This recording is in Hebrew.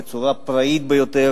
בצורה פראית ביותר,